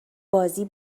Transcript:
بازی